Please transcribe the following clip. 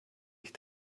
dich